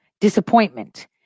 disappointment